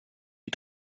die